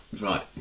Right